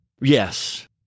Yes